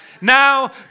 Now